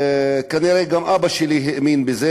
וכנראה גם אבא שלי האמין בזה,